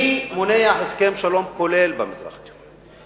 מי מונע הסכם שלום כולל במזרח התיכון?